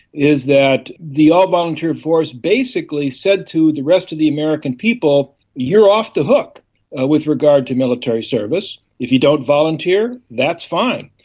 is that the um all-voluntary force basically said to the rest of the american people you're off the hook ah with regards to military service. if you don't volunteer, that's fine.